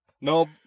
No